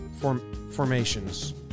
formations